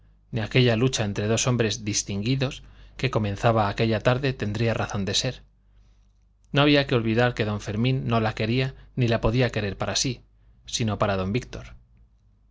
ni aquella lucha entre dos hombres distinguidos que comenzaba aquella tarde tendría razón de ser no había que olvidar que don fermín no la quería ni la podía querer para sí sino para don víctor